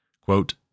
Quote